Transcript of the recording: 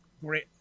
Great